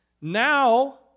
Now